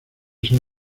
ser